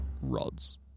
rods